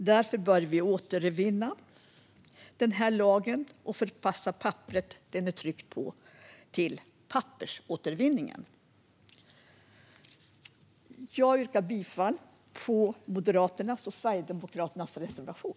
Därför bör vi återvinna den här lagen och förpassa papperet den är tryckt på till pappersåtervinningen. Jag yrkar bifall till Moderaternas och Sverigedemokraternas reservation.